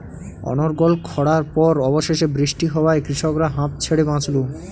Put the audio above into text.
অনর্গল খড়ার পর অবশেষে বৃষ্টি হওয়ায় কৃষকরা হাঁফ ছেড়ে বাঁচল